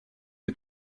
les